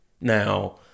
Now